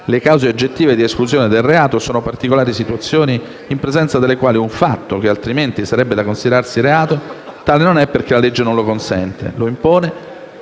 Le cause oggettive di esclusione del reato sono particolari situazioni in presenza delle quali un fatto, che altrimenti sarebbe da considerarsi reato, tale non è perché la legge lo consente, lo impone